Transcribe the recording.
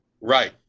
Right